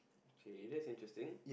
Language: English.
okay that's interesting